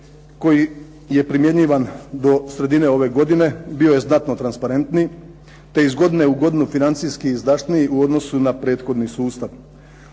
koji je primjenjivan do sredine ove godine, bio je znatno transparentniji, te iz godine u godinu financijski izdašniji u odnosu na prethodni sustav.